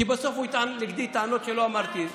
כי בסוף הוא יטען נגדי טענות שלא אמרתי.